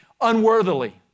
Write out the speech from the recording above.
unworthily